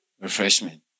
refreshment